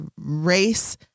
race